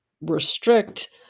restrict